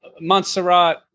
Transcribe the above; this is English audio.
Montserrat